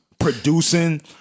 producing